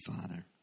father